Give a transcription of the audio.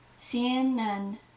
CNN